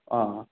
ꯑꯥ